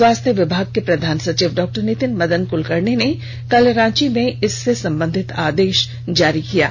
स्वास्थ्य विभाग के प्रधान सचिव डॉक्टर नितिन मदन कुलकर्णी ने कल रांची में इससे संबंधित आदेष जारी किया है